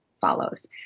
follows